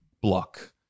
block